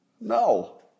No